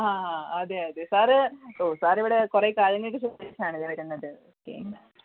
ആ അതെ അതെ സാറ് ഓ സാറിവിടെ കുറെ കാലങ്ങൾക്ക് ശേഷമാണ് വരുന്നത് ഓക്കേ